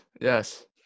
yes